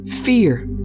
Fear